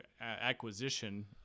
acquisition